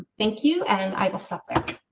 thank you. and i will stuff like